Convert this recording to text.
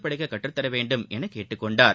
படிக்ககற்றுத்தரவேண்டும் எனகேட்டுக் கொண்டார்